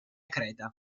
creta